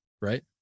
right